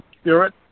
spirit